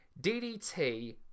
ddt